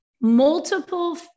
multiple